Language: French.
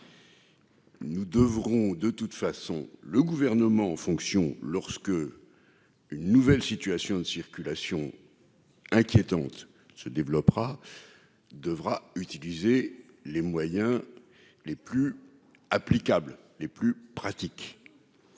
Nous devrons de toute façon le gouvernement en fonction lorsque une nouvelle situation de circulation inquiétante se développera devra utiliser les moyens les plus applicable et plus pratique